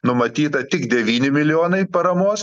numatyta tik devyni milijonai paramos